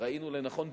ראינו לנכון,